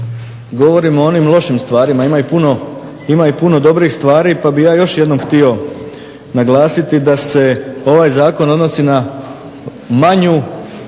govorimo o onim lošim stvarima, ima i puno dobrih stvari, pa bih ja još jednom htio naglasiti da se ovaj zakon odnosi na manju,